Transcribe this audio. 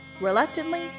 reluctantly